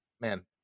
man